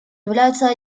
является